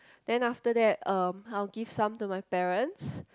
then after that um I will give some to my parents